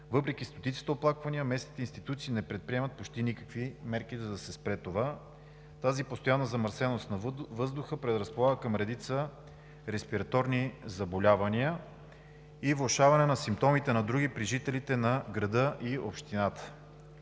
Въпреки стотиците оплаквания местните институции не предприемат почти никакви мерки, за да спре това. Тази постоянна замърсеност на въздуха предразполага към редица респираторни заболявания и влошаване на симптомите на други при жителите на града и общината.